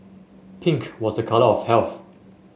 pink was a colour of health